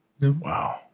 Wow